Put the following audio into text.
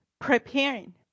preparing